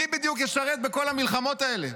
מי בדיוק ישרת בכל המלחמות האלה?